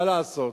מה לעשות,